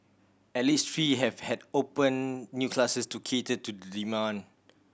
at least three have had open new classes to cater to the demand